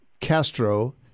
Castro